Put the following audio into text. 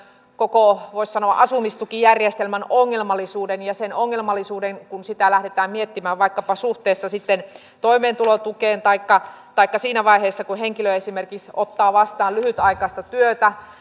koko voisi sanoa asumistukijärjestelmän ongelmallisuuden ja sen ongelmallisuuden kun sitä lähdetään miettimään vaikkapa suhteessa toimeentulotukeen taikka taikka siinä vaiheessa kun henkilö esimerkiksi ottaa vastaan lyhytaikaista työtä